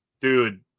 dude